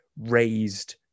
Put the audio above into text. raised